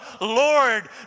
Lord